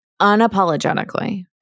unapologetically